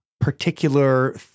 particular